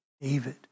David